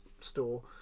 Store